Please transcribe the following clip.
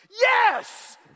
yes